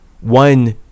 one